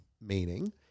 meaning